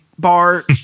Bar